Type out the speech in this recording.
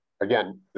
again